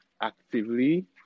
actively